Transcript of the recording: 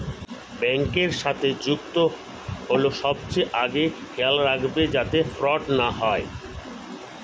ব্যাংকের সাথে যুক্ত হল সবচেয়ে আগে খেয়াল রাখবে যাতে ফ্রড না হয়